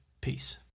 Peace